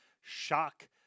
shock